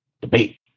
debate